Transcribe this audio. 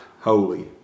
holy